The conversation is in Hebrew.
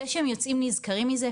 זה שהם יוצאים נשכרים מזה,